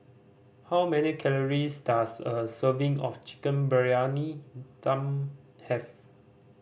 how many calories does a serving of Chicken Briyani Dum have